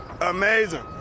Amazing